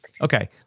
Okay